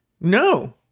No